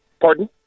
pardon